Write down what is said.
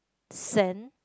sand